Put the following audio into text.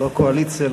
לא קואליציה,